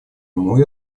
ему